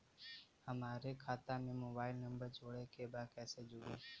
हमारे खाता मे मोबाइल नम्बर जोड़े के बा कैसे जुड़ी?